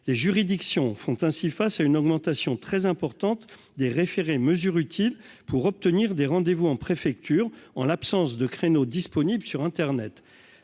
les juridictions font ainsi face à une augmentation très importante des référé mesures utiles pour obtenir des rendez-vous en préfecture en l'absence de créneau disponible sur Internet,